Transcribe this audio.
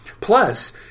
plus